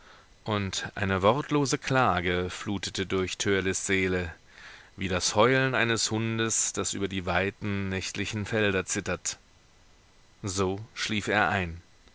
und eine wortlose klage flutete durch törleß seele wie das heulen eines hundes das über die weiten nächtlichen felder zittert so schlief er ein